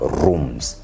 rooms